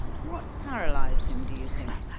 what paralysed him, do you think?